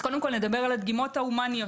קודם כל נדבר על הדגימות ההומניות